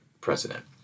president